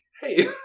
Hey